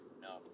No